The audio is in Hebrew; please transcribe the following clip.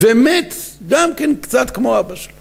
‫ומת, גם כן קצת כמו אבא שלו.